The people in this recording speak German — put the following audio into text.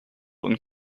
und